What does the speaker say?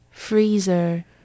Freezer